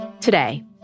Today